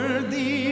Worthy